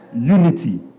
Unity